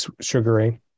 sugary